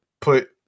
put